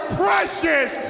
precious